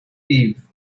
eve